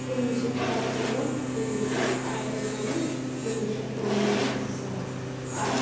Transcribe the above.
کُنوُہ شیٚتھ ستنَمَتھ کُنوُہ شیٚتھ ارنَمَتھ کُنوُہ شیٚتھ نَمنَمَتھ زٕ ساس اکھ